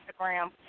Instagram